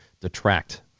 detract